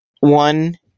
one